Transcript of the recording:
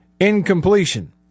incompletion